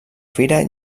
fira